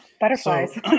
butterflies